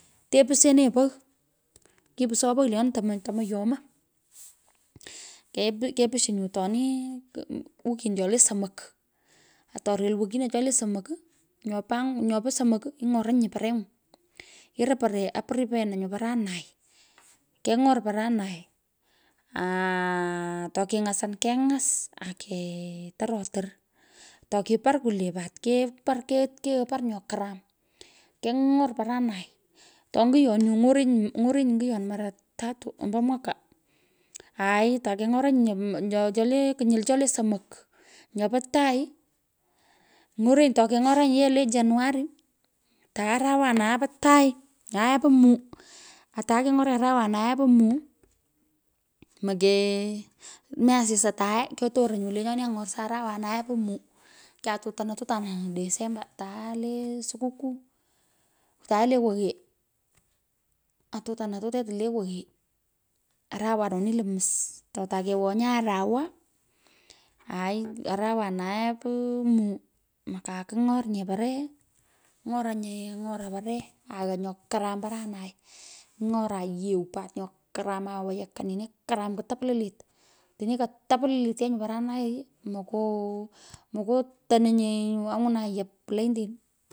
Tepuseneny, pogh, kipuso pogh lenyoni, tomo, tomoyomo. Kepushi atoni wikin cho lee somok atorel wikino cholee somok, nyopo angu, nyopo somok, ing’oranyi pareng'u. Yoro paree, aprepeanan nyo paranai, keny’or paranai, aaa toking'osan, kengass ake torotor, toki par kwulee pat kepar keigh keghoi par nyo karam, keny’or paranai, to nguyon nyu ng’orenyi nguyon mara tatu. alai takeng'oranyi nyo, nyo, cholee kinyil cholee somok. Nyopo tai, ng’orenyi, tokengoranyi ye le january tae le arawanae po tai nyae po müü. Atae keny’oronyi arawanae po muu, mokee, mi asis atade, kyotoron nyu lenyoni ang'oran arawanae po muu, kyatutanan tutunai disemba tae le sukukuu tae le kwoghee. Atutanan tate to le kwoghee arawanoni lo mus, to tai kewonyi arawa, aai, arawanae po muu, makakung’or nye paree ang’oronyee, ang’oran paree, aghan nyo karam paranai, ng’ora yeu pat nyo karam, awayokan nyiini karam kutaplilit. Otini kataplilit paranai mokoo, mokotononyeo, anywuna yap laintin.